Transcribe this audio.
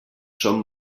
som